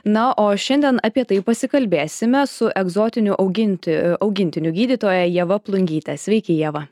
na o šiandien apie tai pasikalbėsime su egzotinių auginti augintinių gydytoja ieva plungyte sveiki ieva